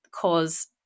cause